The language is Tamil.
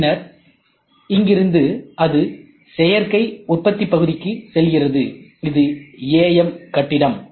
பின்னர் இங்கிருந்து அது சேர்க்கை உற்பத்தி பகுதிக்கு செல்கிறது இது AM கட்டிடம்